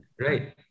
Right